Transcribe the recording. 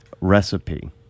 recipe